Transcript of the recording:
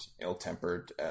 ill-tempered